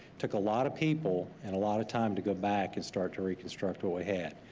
took a lot of people and a lot of time to go back and start to reconstruct what we had.